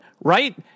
right